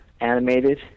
animated